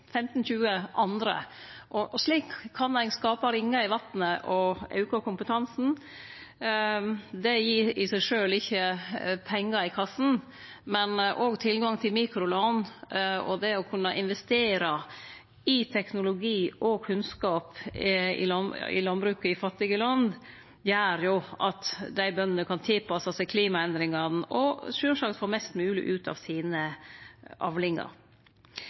andre. Slik kan ein skape ringar i vatnet og auke kompetansen. Det gir ikkje i seg sjølv pengar i kassa, men òg tilgang til mikrolån og det å kunne investere i teknologi og kunnskap i landbruket i fattige land gjer at bøndene kan tilpasse seg klimaendringane og sjølvsagt få mest mogleg ut av avlingane sine.